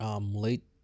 late